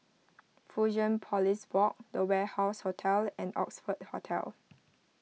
Fusionopolis Walk the Warehouse Hotel and Oxford Hotel